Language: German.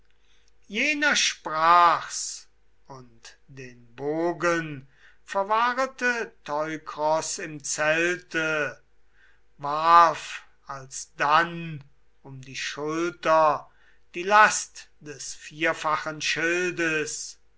jener sprach's und den bogen verwahrete teukros im zelte warf alsdann um die schulter die last des vierfachen schildes